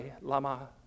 lama